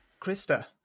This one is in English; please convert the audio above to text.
Krista